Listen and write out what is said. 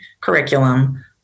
curriculum